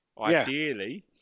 Ideally